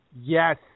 yes